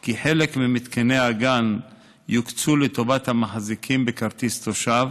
כי חלק ממתקני הגן יוקצו לטובת המחזיקים בכרטיס תושב.